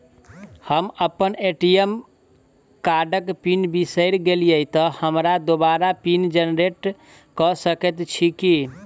हम अप्पन ए.टी.एम कार्डक पिन बिसैर गेलियै तऽ हमरा दोबारा पिन जेनरेट कऽ सकैत छी की?